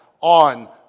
on